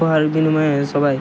উপহার বিনিময়ে সবাই